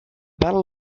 battle